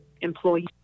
employees